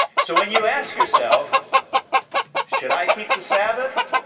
so when you ask yourself should i keep the sabbath?